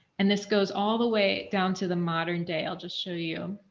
and this goes all the way down to the modern day i'll just show you.